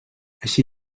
així